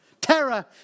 terror